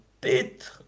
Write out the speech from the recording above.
bit